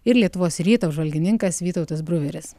ir lietuvos ryto apžvalgininkas vytautas bruveris